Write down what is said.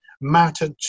matter